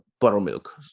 buttermilk